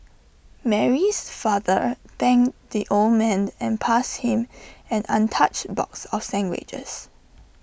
Mary's father thanked the old man and passed him an untouched box of sandwiches